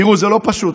תראו, זה לא פשוט.